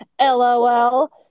LOL